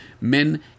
men